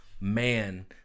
man